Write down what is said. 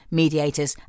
mediators